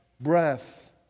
breath